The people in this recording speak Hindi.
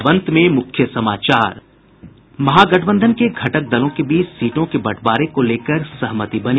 और अब अंत में मुख्य समाचार महागठबंधन के घटक दलों के बीच सीटों के बंटवारे को लेकर सहमति बनी